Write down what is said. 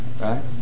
right